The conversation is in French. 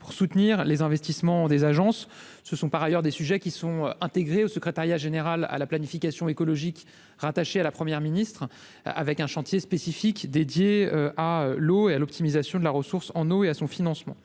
pour soutenir les investissements des agences se sont par ailleurs des sujets qui sont intégrés au secrétariat général à la planification écologique rattaché à la première ministre avec un chantier spécifique dédié à l'eau et à l'optimisation de la ressource en eau et à son financement